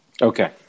Okay